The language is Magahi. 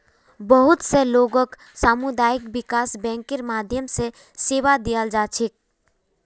बहुत स लोगक सामुदायिक विकास बैंकेर माध्यम स सेवा दीयाल जा छेक